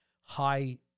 high